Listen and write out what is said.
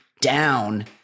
down